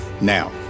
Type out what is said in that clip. Now